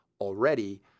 already